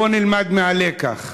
בואו נלמד מהלקח.